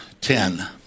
ten